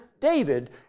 David